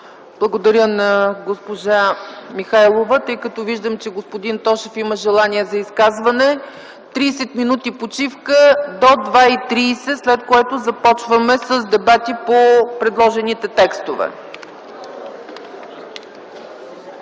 Благодаря на госпожа Михайлова. Тъй като виждам, че господин Тошев има желание за изказване, 30 мин. почивка - до 14,30 ч., след което започваме с дебати по предложените текстове.